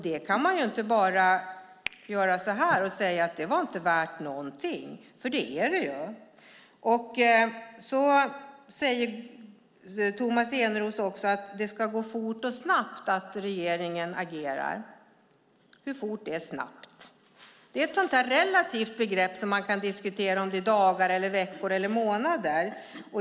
Då kan man inte bara knäppa med fingrarna och säga att det inte är värt någonting, för det är det. Så säger Tomas Eneroth att regeringen ska agera fort och snabbt. Hur fort är snabbt? Det är ett relativt begrepp där man kan diskutera om det är dagar eller veckor eller månader.